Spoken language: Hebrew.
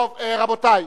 טוב, רבותי,